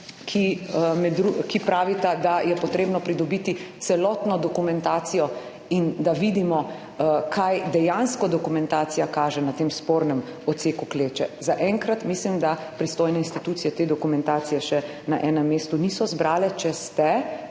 ki pravita, da je potrebno pridobiti celotno dokumentacijo in da vidimo, kaj dejansko dokumentacija kaže na tem spornem odseku Kleče. Zaenkrat mislim, da pristojne institucije te dokumentacije še na enem mestu niso zbrale. Če ste,